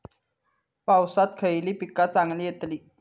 पावसात खयली पीका चांगली येतली?